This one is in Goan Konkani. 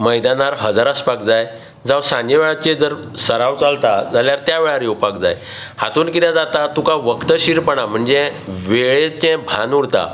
मैदानार हजर आसपाक जाय जावं सांजे वेळाचेर जर सराव चलता जाल्यार त्या वेळार योवपाक जाय हातूंत कितें जाता तुका वक्तशिरपणा म्हणजे वेळेचें भान उरता